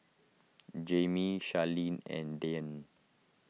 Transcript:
Jaimie Charleen and Dyan